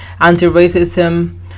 anti-racism